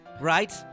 right